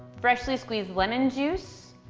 freshly squeezed lemon juice,